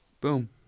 boom